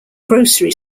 grocery